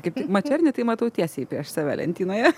kaip mačernį tai matau tiesiai prieš save lentynoje